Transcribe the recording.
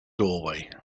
doorway